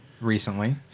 recently